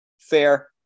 Fair